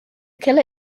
killer